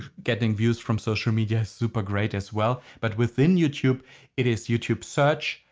getting views from social media is super great as well. but within youtube it is youtube search,